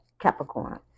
Capricorn